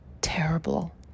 terrible